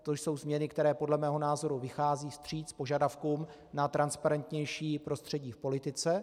To jsou změny, které podle mého názoru vycházejí vstříc požadavkům na transparentnější prostředí v politice.